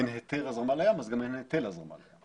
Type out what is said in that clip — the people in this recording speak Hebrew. אין היתר הזרמה לים אז גם אין היטל הזרמה לים.